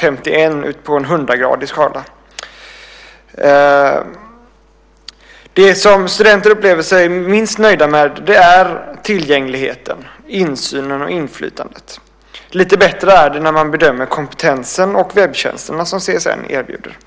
51 på en hundragradig skala. Det som studenter upplever sig som minst nöjda med är tillgängligheten, insynen och inflytandet. Lite bättre är det när man bedömer kompetensen och webbtjänsterna som CSN erbjuder.